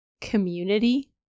community